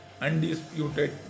undisputed